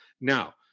Now